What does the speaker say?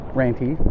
ranty